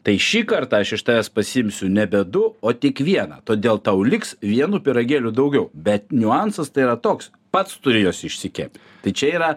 tai šį kartą aš iš tavęs pasiimsiu nebe du o tik vieną todėl tau liks vienu pyragėliu daugiau bet niuansas tai yra toks pats turi juos išsikept tai čia yra